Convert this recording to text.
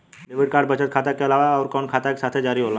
Debit card बचत खाता के अलावा अउरकवन खाता के साथ जारी होला?